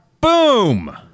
Boom